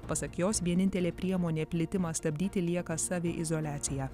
pasak jos vienintelė priemonė plitimą stabdyti lieka saviizoliacija